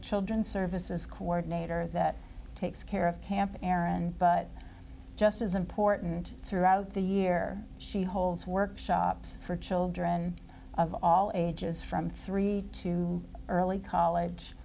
children's services coordinator that takes care of camp aaron but just as important throughout the year she holds workshops for children of all ages from three to early college